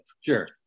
Sure